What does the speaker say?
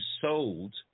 sold